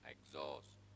Exhaust